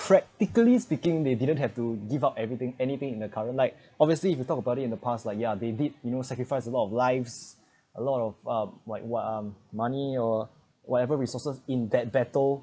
practically speaking they didn't have to give up everything anything in the current like obviously if you talk about it in the past like ya they did you know sacrifice a lot of lives a lot of uh white um money or whatever resources in that battle